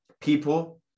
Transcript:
people